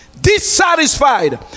Dissatisfied